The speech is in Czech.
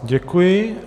Děkuji.